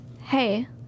Hey